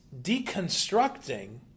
deconstructing